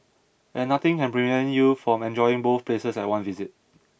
and nothing can prevent you from enjoying both places at one visit